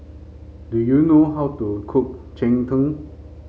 do you know how to cook Cheng Tng